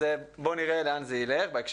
בהקשר הזה, בואו נראה לאן זה הולך.